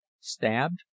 Stabbed